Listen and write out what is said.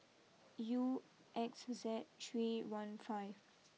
U X Z three one five